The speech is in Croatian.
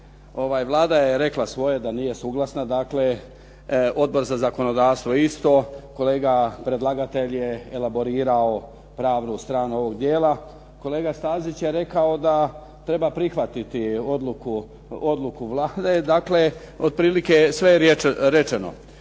Vlada je rekla svoje da nije suglasna dakle, Odbor za zakonodavstvo isto, kolega predlagatelj je elaborirao pravnu stranu ovog dijela. Kolega Stazić je rekao da treba prihvatiti odluku Vlade. Dakle, otprilike sve je rečeno.